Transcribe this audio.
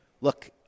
look